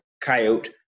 coyote